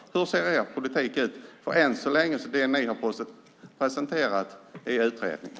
Hur ser er politik ut? Det ni har presenterat är ju utredningen.